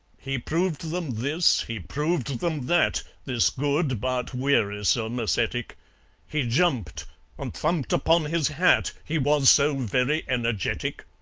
he proved them this he proved them that this good but wearisome ascetic he jumped and thumped upon his hat, he was so very energetic.